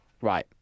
right